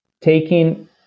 taking